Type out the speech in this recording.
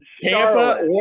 Tampa